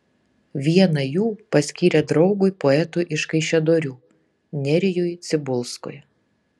vieną jų paskyrė draugui poetui iš kaišiadorių nerijui cibulskui